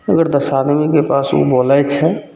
अगर दस आदमीके पास ओ बोलै छै